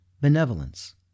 benevolence